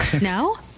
No